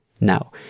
Now